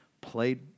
played